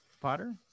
Potter